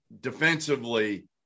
defensively